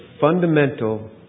fundamental